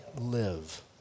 live